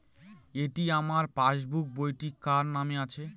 এটি আমার পাসবুক বইটি কার নামে আছে?